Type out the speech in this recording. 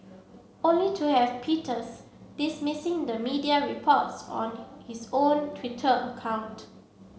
only to have Peters dismissing the media reports on his own Twitter account